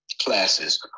classes